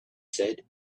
said